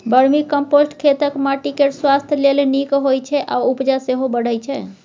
vermicompost खेतक माटि केर स्वास्थ्य लेल नीक होइ छै आ उपजा सेहो बढ़य छै